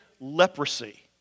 leprosy